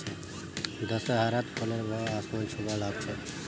दशहरात फलेर भाव आसमान छूबा ला ग छेक